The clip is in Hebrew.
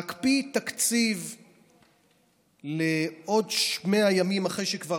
להקפיא תקציב לעוד 100 ימים, אחרי שכבר